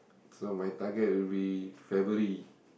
so my target will be February